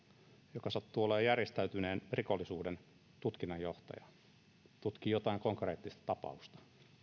joka sattuu olemaan järjestäytyneen rikollisuuden tutkinnanjohtaja tutkii jotain konkreettista tapausta